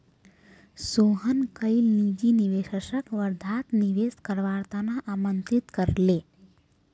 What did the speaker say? सोहन कईल निजी निवेशकक वर्धात निवेश करवार त न आमंत्रित कर ले